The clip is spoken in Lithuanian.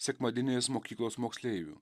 sekmadieninės mokyklos moksleivių